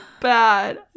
bad